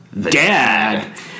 Dad